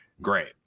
great